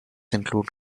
include